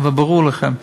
אבל ברור לכם,